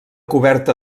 coberta